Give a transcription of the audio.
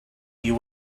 you